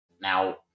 Now